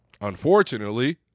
unfortunately